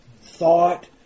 thought